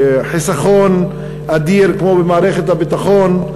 לחיסכון אדיר, כמו במערכת הביטחון,